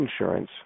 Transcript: insurance